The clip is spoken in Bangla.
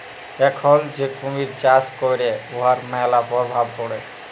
এখল যে কুমহির চাষ ক্যরে উয়ার ম্যালা পরভাব পড়ে